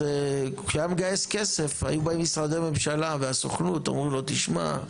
אז כשהיה מגייס כסף היו באים משרדי ממשלה והסוכנות אומרים לו תשמע,